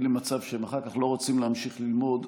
למצב שהם אחר כך לא רוצים להמשיך ללמוד.